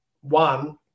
one